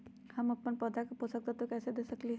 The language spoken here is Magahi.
हम अपन पौधा के पोषक तत्व कैसे दे सकली ह?